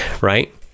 Right